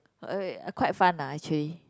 quite fun lah actually